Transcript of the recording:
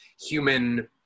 human